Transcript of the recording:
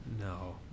No